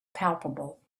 palpable